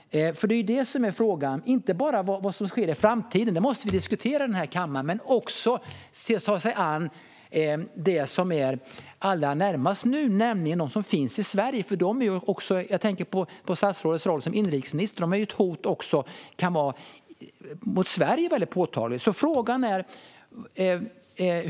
Detta är ju också en fråga. Vi måste diskutera i denna kammare vad som ska ske i framtiden. Vi måste dock också ta oss an det som ligger allra närmast nu, nämligen de personer som finns i Sverige. De kan ju också vara ett väldigt påtagligt hot mot Sverige - jag tänker på statsrådets roll som inrikesminister.